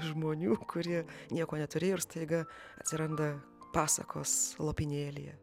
žmonių kurie nieko neturėjo ir staiga atsiranda pasakos lopinėlyje